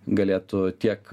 galėtų tiek